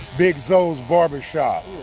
big zo's barbershop.